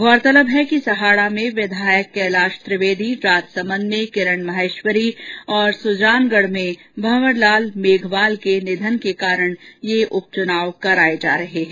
गौरतलब है कि सहाड़ा में विधायक कैलाश त्रिवेदी राजसमंद में किरण माहेश्वरी और सुजानगढ़ में भंवर लाल मेघवाल के निधन के कारण ये उप चुनाव कराये जा रहे हैं